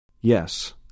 Yes